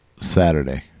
Saturday